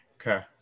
Okay